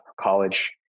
college